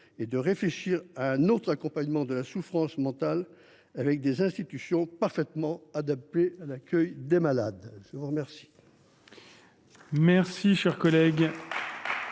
prix réfléchir à un autre accompagnement de la souffrance mentale, par des institutions parfaitement adaptées à l’accueil des malades. Nous en